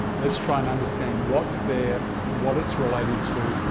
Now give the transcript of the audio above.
let's try and understand what's there, what it's related to,